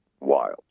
Wild